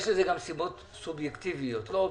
יש לזה גם סיבות סובייקטיביות, לא אובייקטיביות.